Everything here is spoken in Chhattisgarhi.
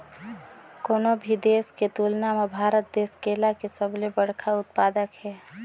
कोनो भी देश के तुलना म भारत देश केला के सबले बड़खा उत्पादक हे